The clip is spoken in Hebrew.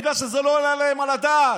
בגלל שזה לא עלה להם על הדעת.